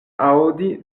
aŭdi